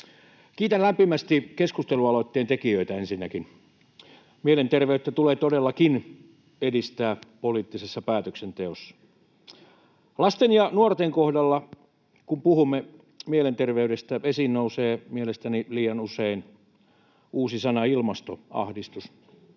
Kiitän lämpimästi ensinnäkin keskustelualoitteen tekijöitä. Mielenterveyttä tulee todellakin edistää poliittisessa päätöksenteossa. Lasten ja nuorten kohdalla, kun puhumme mielenterveydestä, esiin nousee mielestäni liian usein uusi sana ”ilmastoahdistus”.